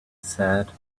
said